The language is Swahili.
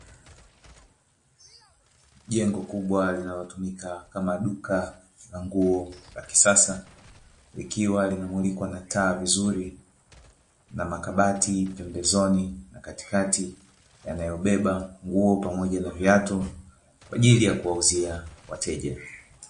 Jengo kubwa linalo tumika kama duka la nguo la kisasa, likiwa linamulikwa na taa vizuri na makabati pembezoni na katikati yanayobeba nguo pamoja na viatu kwa ajili ya kuwauzia wateja.